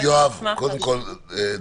יואב, דקה.